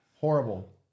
Horrible